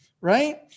Right